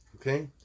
Okay